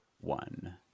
one